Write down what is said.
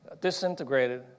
disintegrated